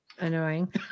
annoying